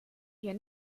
hier